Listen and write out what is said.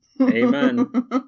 Amen